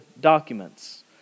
documents